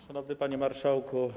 Szanowny Panie Marszałku!